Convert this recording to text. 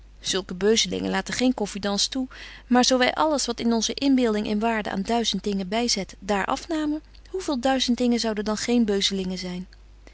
zulke beuzelingen laten geen confidence toe maar zo wy alles wat onze inbeelding in waarde aan duizend dingen byzet daar afnamen hoe veel duizend dingen zouden dan geen beuzelingen zyn